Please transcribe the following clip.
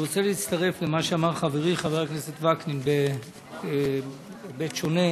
אני רוצה להצטרף למה שאמר חברי חבר הכנסת וקנין בהיבט שונה.